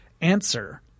answer